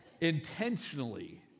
intentionally